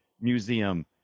museum